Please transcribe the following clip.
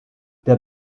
der